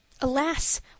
Alas